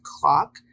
clock